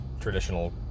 traditional